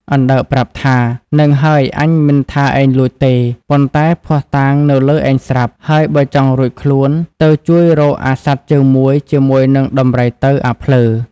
អណ្ដើកប្រាប់ថា៖ "ហ្នឹងហើយអញមិនថាឯងលួចទេ ប៉ុន្តែភស្តុតាងនៅលើឯងស្រាប់ ហើយបើចង់រួចខ្លួនទៅ ជួយរកអាសត្វជើងមួយជាមួយនឹងដំរីទៅ អាភ្លើ"។